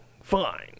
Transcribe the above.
Fine